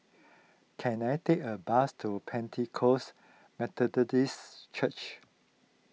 can I take a bus to Pentecost Methodist Church